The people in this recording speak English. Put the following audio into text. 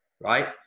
right